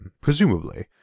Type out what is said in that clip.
presumably